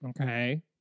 Okay